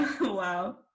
Wow